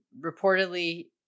reportedly